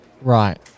Right